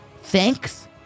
thanks